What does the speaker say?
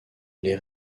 les